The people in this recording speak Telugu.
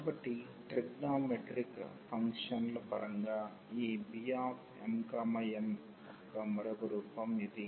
కాబట్టి ట్రిగ్నామెట్రిక్ ఫంక్షన్ల పరంగా ఈ Bmn యొక్క మరొక రూపం ఇది